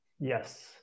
Yes